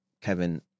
Kevin